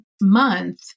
month